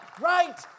right